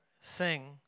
sing